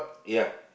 ya